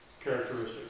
characteristics